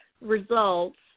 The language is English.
results